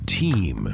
team